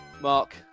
Mark